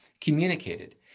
communicated